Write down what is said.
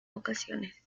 ocasiones